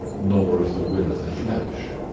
nor of the will of the flesh.